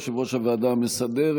יושב-ראש הוועדה המסדרת.